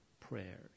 prayers